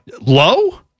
Low